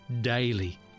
daily